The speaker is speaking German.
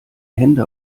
hände